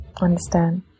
understand